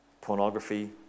pornography